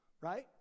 right